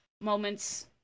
moments